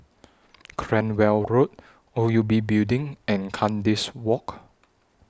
Cranwell Road O U B Building and Kandis Walk